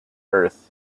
earth